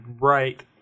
right